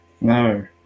No